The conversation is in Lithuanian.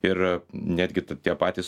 ir netgi tie patys